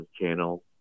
channel